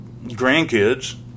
grandkids